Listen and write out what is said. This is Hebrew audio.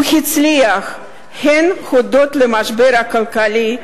הוא הצליח הן הודות למשבר הכלכלי,